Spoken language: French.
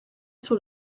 sur